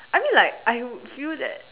I mean like I would feel that